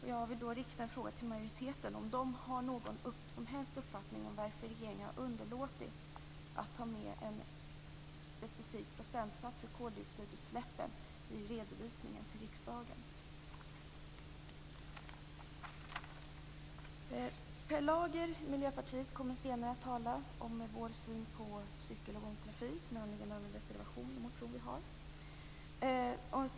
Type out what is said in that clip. Jag vill då rikta en fråga till majoriteten: Har ni någon som helst uppfattning om varför regeringen har underlåtit att ta med en specifik procentsats för koldioxidutsläppen i redovisningen till riksdagen? Per Lager från Miljöpartiet kommer med anledning av vår reservation och vår motion senare att tala om vår syn på cykel och gångtrafik.